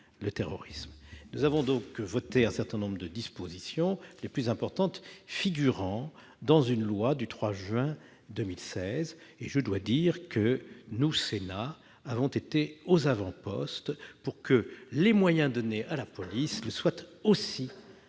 Nous avons donc voté un certain nombre de dispositions, les plus importantes figurant dans une loi du 3 juin 2016. Je dois le dire, le Sénat a été aux avant-postes pour que les moyens donnés à la police le soient aussi à la